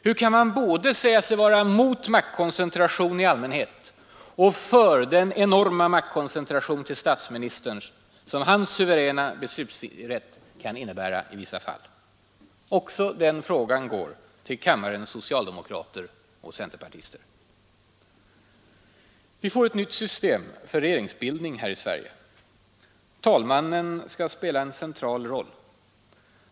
Hur kan man både säga sig vara mot maktkoncentration i allmänhet och för den enorma maktkoncentration till statsministern, som hans suveräna beslutsrätt kan innebära i vissa fall? Också den frågan går till kammarens socialdemokrater och centerpartister. Vi får ett nytt system för regeringsbildning här i Sverige. Talmannen skall spela en central roll.